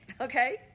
okay